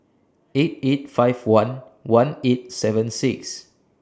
eight eight five one one eight seven six